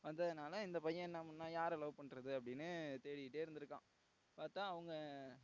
வந்ததனால் இந்த பையன் என்ன பண்ணா யாரை லவ் பண்ணுறது அப்படின்னு தேடிகிட்டே இருந்து இருக்கான் பார்த்தா அவங்க